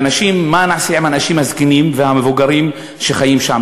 ומה נעשה עם האנשים הזקנים והמבוגרים שחיים שם?